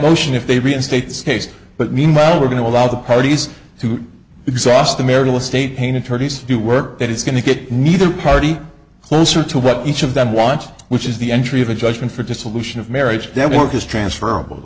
motion if they reinstate scase but meanwhile we're going to allow the parties to exhaust the marital estate pain attorneys do work that is going to get neither party closer to what each of them wants which is the entry of a judgment for dissolution of marriage that work is transferable